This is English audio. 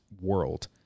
world